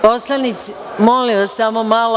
Poslanici, molim vas, samo malo.